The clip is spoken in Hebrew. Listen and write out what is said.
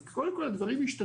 אז קודם כל הדברים השתנו,